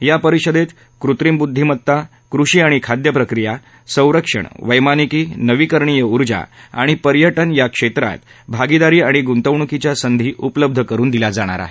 या परिषदेत कृत्रिम बुद्धीमत्ता कृषी आणि खाद्य प्रक्रिया संरक्षण वैमानिकी नवीकरणीय उर्जा आणि पर्यटन या क्षेत्रात भागिदारी आणि गुंतवणुकीच्या संधी उपलब्ध करून दिल्या जाणार आहेत